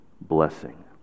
blessing